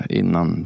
innan